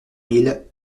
mille